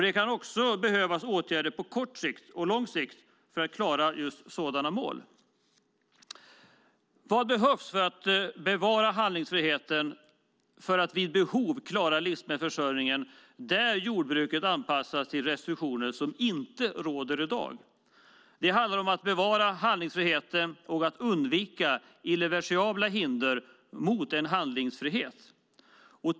Det kan också behövas åtgärder på kort och lång sikt för att klara sådana mål. Vad behövs för att bevara handlingsfriheten för att vid behov klara livsmedelsförsörjningen där jordbruket anpassas till restriktioner som inte råder i dag? Det handlar om att bevara handlingsfriheten och att undvika irreversibla hinder mot en handlingsfrihet.